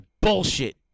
bullshit